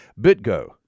BitGo